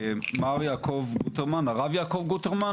הרב יעקב גוטרמן,